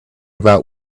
about